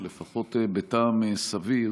אבל לפחות בטעם סביר.